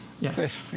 Yes